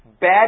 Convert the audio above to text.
Bad